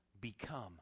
become